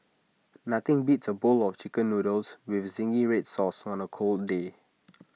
nothing beats A bowl of Chicken Noodles with Zingy Red Sauce on A cold day